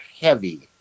heavy